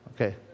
Okay